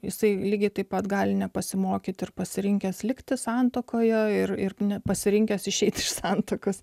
jisai lygiai taip pat gali nepasimokyti ir pasirinkęs likti santuokoje ir ir nepasirinkęs išeiti iš santuokos